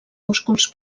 músculs